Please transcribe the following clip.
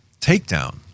takedown